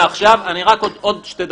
רק עוד שתי דקות.